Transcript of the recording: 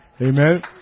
Amen